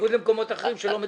בניגוד למקומות אחרים שלא מדברים.